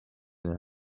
and